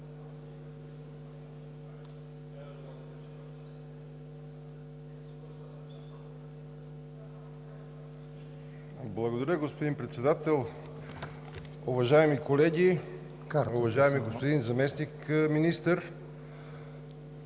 Уважаеми господин Председател, уважаем колеги, уважаеми господин Заместник министър!